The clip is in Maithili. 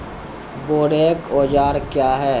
बोरेक औजार क्या हैं?